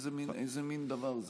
איזה מין דבר זה?